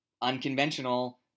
unconventional